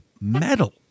metal